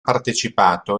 partecipato